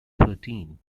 thirteen